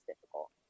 difficult